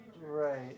right